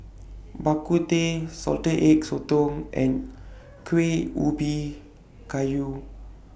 Bak Kut Teh Salted Egg Sotong and Kuih Ubi Kayu